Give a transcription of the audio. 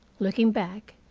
looking back,